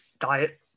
diet